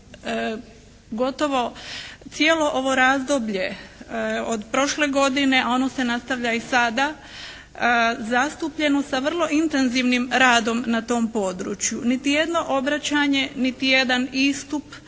gotovo cijelo ovo razdoblje od prošle godine, a ono se nastavlja i sada zastupljeno sa vrlo intenzivnim radom na tom području. Niti jedno obraćanje, niti jedan istup,